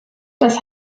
das